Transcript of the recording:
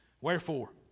Wherefore